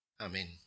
Amen